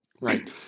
Right